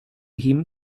him